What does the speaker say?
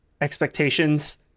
expectations